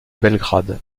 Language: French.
belgrade